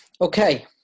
Okay